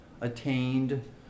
attained